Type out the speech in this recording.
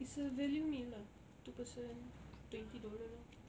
it's a value meal lah two person twenty dollars lor